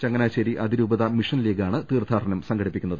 ചങ്ങനാശേരി അതിരൂപതാ മിഷൻ ലീഗാണ് തീർത്ഥാടനം സംഘടിപ്പിക്കുന്നത്